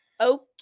Okay